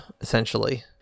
essentially